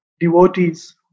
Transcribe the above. devotees